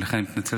ולכן אני מתנצל,